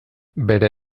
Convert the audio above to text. bere